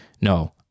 No